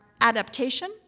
adaptation